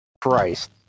Christ